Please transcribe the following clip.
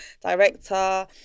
director